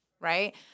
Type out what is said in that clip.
right